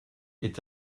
est